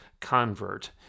convert